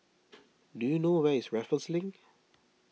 do you know where is Raffles Link